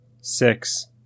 six